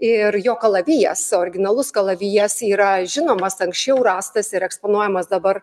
ir jo kalavijas originalus kalavijas yra žinomas anksčiau rastas ir eksponuojamas dabar